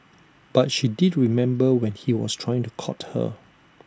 but she did remember when he was trying to court her